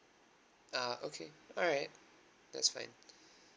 oh okay alright that's fine